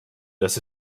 das